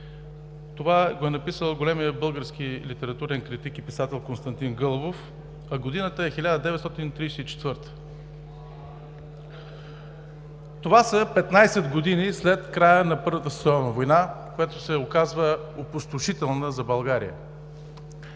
Това го е написал големият български литературен критик и писател Константин Гълъбов, а годината е 1934. Това са 15 години след края на Първата световна война, която се оказва опустошителна за България;